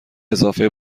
اضافه